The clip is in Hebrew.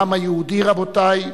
העם היהודי, רבותי,